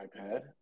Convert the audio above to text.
ipad